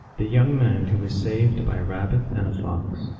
the young man who was saved by a rabbit and a fox.